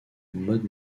mode